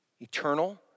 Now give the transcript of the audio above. eternal